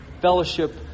fellowship